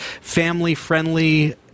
family-friendly